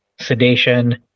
sedation